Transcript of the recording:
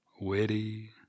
Witty